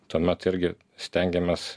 tuomet irgi stengiamės